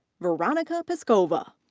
veronika peskova.